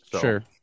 sure